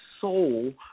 soul